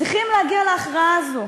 צריכים להגיע להכרעה הזאת,